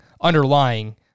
underlying